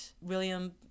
William